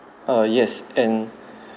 uh yes and